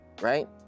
right